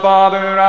Father